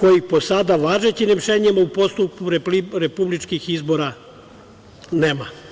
kojih po sada važećim rešenjima u postupku republičkih izbora nema.